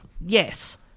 Yes